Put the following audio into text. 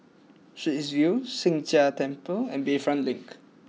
Straits View Sheng Jia Temple and Bayfront Link